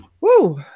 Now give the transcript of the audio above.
Woo